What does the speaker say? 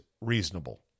reasonable